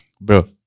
Bro